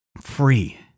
free